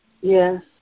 Yes